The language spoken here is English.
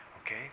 okay